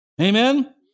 Amen